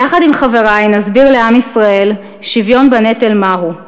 יחד עם חברי נסביר לעם ישראל שוויון בנטל מה הוא.